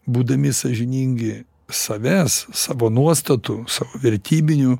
būdami sąžiningi savęs savo nuostatų savo vertybinių